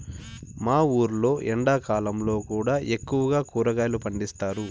మా ఊర్లో ఎండాకాలంలో కూడా ఎక్కువగా కూరగాయలు పండిస్తారు